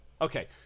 Okay